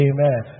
Amen